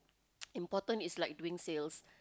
important is like doing sales